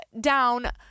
down